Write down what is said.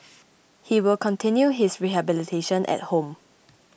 he will continue his rehabilitation at home